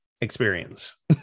experience